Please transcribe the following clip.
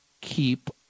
Keep